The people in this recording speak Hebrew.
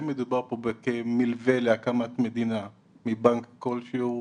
האם מדובר פה במלווה להקמת מדינה מבנק כלשהו,